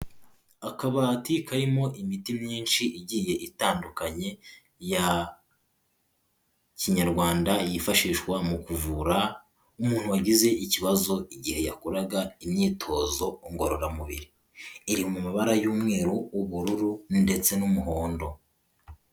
Akabati karimo imiti myinshi igiye itandukanye ya kinyarwanda, yifashishwa mu kuvura nk'umuntu wagize ikibazo igihe yakoraga imyitozo ngororamubiri, iri mu mabara y'umweru ubururu ndetse n'umuhondo.